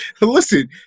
Listen